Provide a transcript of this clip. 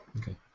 Okay